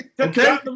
Okay